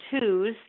twos